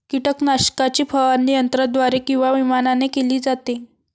कीटकनाशकाची फवारणी यंत्राद्वारे किंवा विमानाने केली जाते